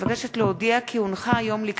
אני מבקשת להודיע כי הונחה היום על שולחן הכנסת,